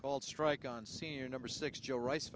called strike on senior number six joe rice